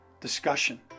discussion